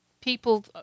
people